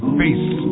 face